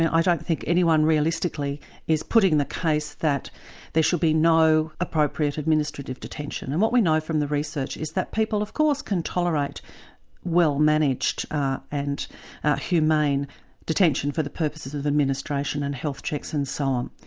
i don't think anyone realistically is putting the case that there should be no appropriate administrative detention. and what we know from the research is that people of course can tolerate well managed and humane detention for the purposes of administration and health checks and so on,